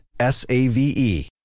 s-a-v-e